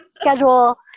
schedule